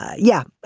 yeah.